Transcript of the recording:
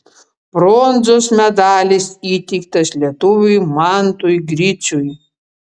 bronzos medalis įteiktas lietuviui mantui griciui